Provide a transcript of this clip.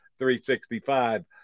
365